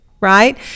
right